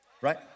right